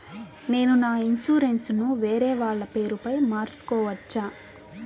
నేను నా ఇన్సూరెన్సు ను వేరేవాళ్ల పేరుపై మార్సుకోవచ్చా?